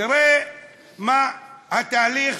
תראה מה התהליך,